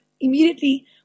immediately